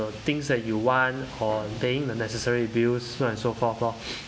things that you want or paying the necessary bills so and so forth lor